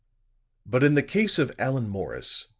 but in the case of allan morris,